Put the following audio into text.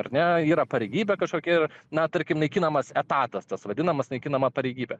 ar ne yra pareigybė kažkokia ir na tarkim naikinamas etatas tas vadinamas naikinama pareigybė